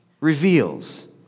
reveals